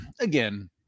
again